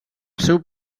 seu